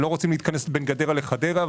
לא רוצים להתכנס בין גדרה לחדרה,